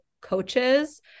coaches